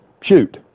Shoot